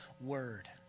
word